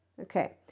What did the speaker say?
Okay